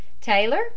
Taylor